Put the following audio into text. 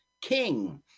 King